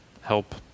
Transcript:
help